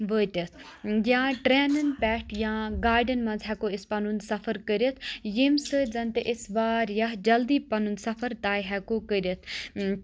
وٲتِتھ یان ٹَرینَن پؠٹھ یا گاڑؠن منٛز ہؠکو أسۍ پَنُن سَفَر کٔرِتھ ییٚمہِ سٟتۍ زَن تہِ أسۍ واریاہ جَلدی پَنُن سَفَر طَے ہؠکو کٔرِتھ